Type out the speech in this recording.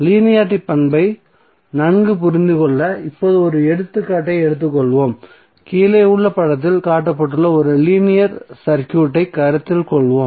linearity பண்பை நன்கு புரிந்துகொள்ள இப்போது ஒரு எடுத்துக்காட்டை எடுத்துக்கொள்வோம் கீழேயுள்ள படத்தில் காட்டப்பட்டுள்ள ஒரு லீனியர் சர்க்யூட்டை கருத்தில் கொள்வோம்